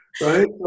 right